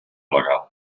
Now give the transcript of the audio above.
legal